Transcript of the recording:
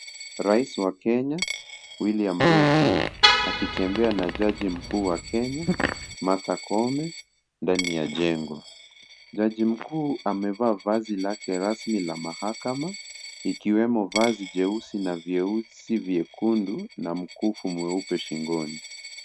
Rais wa Kenya William Ruto akitembea na jaji mkuu wa Kenya ,Martha Koome, ndani ya jengo. Jaji mkuu amevaa vazi lake rasmi la mahakama ikiwemo vazi jeusi na vyeusi, vyekundu na Mkufu mweupe shingoni.